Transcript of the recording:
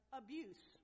abuse